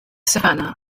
savannah